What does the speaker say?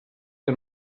que